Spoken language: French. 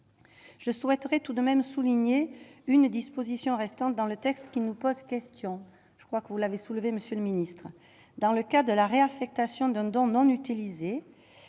Je souhaiterais tout de même souligné une disposition restant dans le texte qui nous pose question, je crois que vous l'avez soulevé monsieur le ministre, dans le cas de la réaffectation non utilisés,